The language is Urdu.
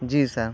جی سر